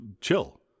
chill